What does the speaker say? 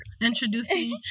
introducing